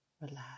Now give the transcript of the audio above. Relax